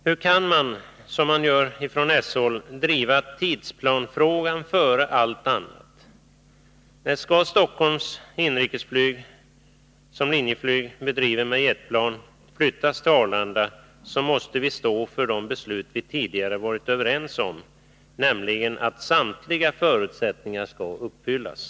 Hur kan man, som man gör från s-håll, driva tidsplanfrågan före allt annat? Nej, skall Stockholms inrikesflyg som Linjeflyg bedriver med jetplan flyttas till Arlanda, så måste vi stå för de beslut vi tidigare varit överens om — nämligen att samtliga förutsättningar skall uppfyllas.